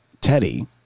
Teddy